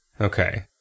Okay